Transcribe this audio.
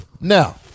Now